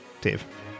Dave